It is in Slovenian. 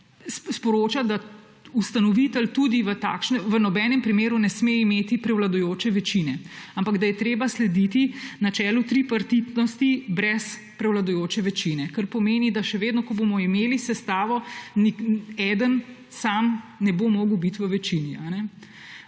sporoča, da ustanovitelj v nobenem primeru ne sme imeti prevladujoče večine, ampak da je treba slediti načelu tripartitnosti brez prevladujoče večine. Kar pomeni, da še vedno, ko bomo imeli sestavo, eden sam ne bo mogel biti v večini.